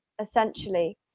essentially